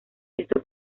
esto